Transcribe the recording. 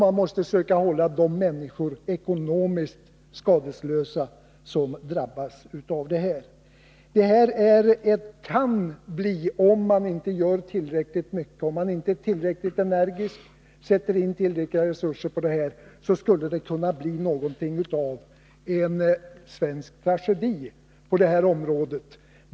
Man måste söka hålla de människor som drabbas av detta ekonomiskt skadeslösa. Om man inte gör tillräckligt mycket, inte är tillräckligt energisk och inte sätter in tillräckliga resurser skulle det kunna bli någonting av en svensk tragedi på detta område.